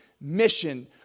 mission